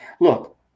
look